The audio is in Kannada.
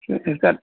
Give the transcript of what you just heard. ಸರಿ ಸರ್